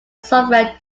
software